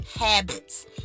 habits